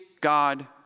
God